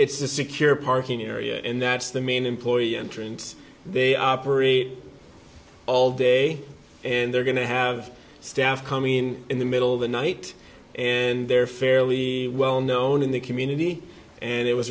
it's a secure parking area and that's the main employee entrance they operate all day and they're going to have staff coming in in the middle of the night and they're fairly well known in the community and it was